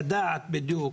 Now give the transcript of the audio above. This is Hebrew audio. לדעת בדיוק,